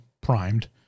primed